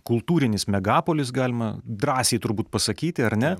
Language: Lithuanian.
kultūrinis megapolis galima drąsiai turbūt pasakyti ar ne